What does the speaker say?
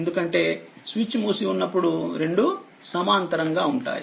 ఎందుకంటేస్విచ్ మూసి ఉన్నప్పుడు రెండూసమాంతరంగాఉంటాయి